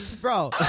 Bro